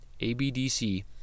ABDC